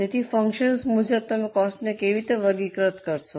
તેથી ફંકશન્સ મુજબ તમે કોસ્ટને કેવી રીતે વર્ગીકૃત કરશો